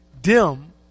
dim